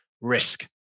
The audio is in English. risk